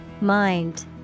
Mind